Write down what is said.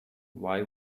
why